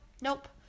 nope